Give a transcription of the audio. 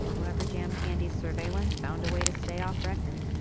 whoever jammed andi's surveillance found a way to stay off record